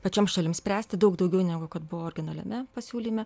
pačioms šalims spręsti daug daugiau negu kad buvo originaliame pasiūlyme